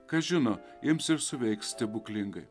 kas žino ims ir suveiks stebuklingai